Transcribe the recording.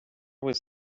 was